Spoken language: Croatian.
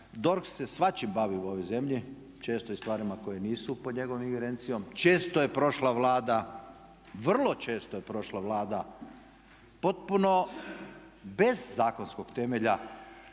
DORH se svačim bavi u ovoj zemlji, često i stvarima koje nisu pod njegovom ingerencijom, često je prošla Vlada, vrlo često je prošla Vlada potpuno bez zakonskog temelja,